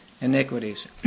iniquities